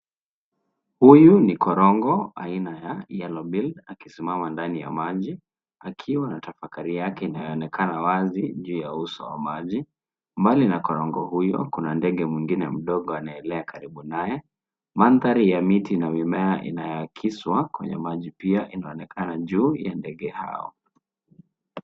Huyu ni korongo aina ya yellow build akisimama ndani ya maji, akiwa na tafakari yake inayo onekana wazi juu ya uso wa maji. Mbali na korongo huyo kuna ndege mwingine mdogo anaelea karibu naye. Mandhari ya miti na mimea inayakiswa kwenye maji pia inaonekana juu ya ndege hao.